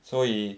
所以